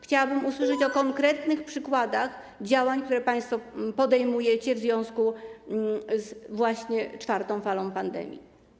Chciałabym usłyszeć o konkretnych przykładach działań, które państwo podejmujecie w związku z właśnie czwartą falą pandemii.